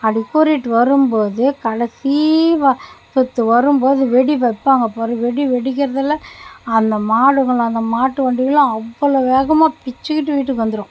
அப்படி கூவிட்டிட்டு வரும் போது கடசீ வ சுத்து வரும்போது வெடி வெப்பாங்க பாரு வெடி வெடிக்கிறதுலாம் அந்த மாடுங்கள்லாம் அந்த மாட்டுவண்டியெல்லாம் அவ்வளோ வேகமாக பிச்சுக்கிட்டு வீட்டுக்கு வந்துரும்